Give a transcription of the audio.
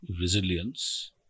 resilience